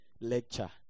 lecture